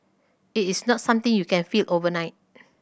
it is not something you can feel overnight